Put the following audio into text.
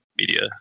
media